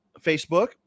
Facebook